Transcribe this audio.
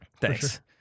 thanks